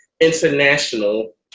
international